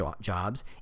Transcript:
jobs